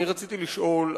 רציתי לשאול,